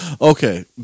Okay